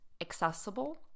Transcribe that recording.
accessible